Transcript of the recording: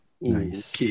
Nice